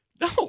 No